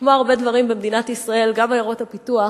כמו הרבה דברים במדינת ישראל, גם עיירות הפיתוח